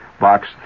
Box